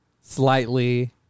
slightly